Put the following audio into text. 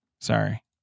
Sorry